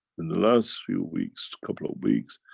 in the last few weeks, a couple of weeks,